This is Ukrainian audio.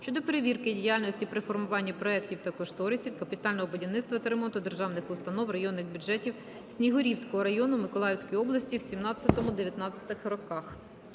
щодо перевірки діяльності при формуванні проектів та кошторисів капітального будівництва та ремонту державних установ, районних бюджетів Новоодеського району Миколаївської області 2017-2019 роках.